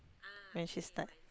when she start